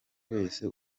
wese